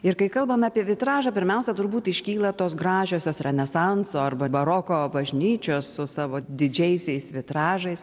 ir kai kalbame apie vitražą pirmiausia turbūt iškyla tos gražiosios renesanso arba baroko bažnyčios su savo didžiaisiais vitražais